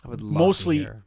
mostly